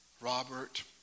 Robert